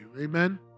Amen